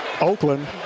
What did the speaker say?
Oakland